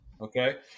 Okay